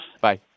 Bye